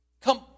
come